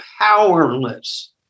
powerless